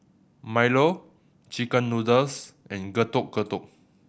Milo chicken noodles and Getuk Getuk